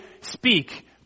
speak